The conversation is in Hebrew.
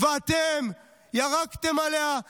ואתם ירקתם עליה,